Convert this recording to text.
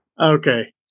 Okay